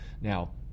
Now